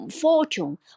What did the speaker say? fortune